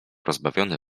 rozbawiony